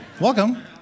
Welcome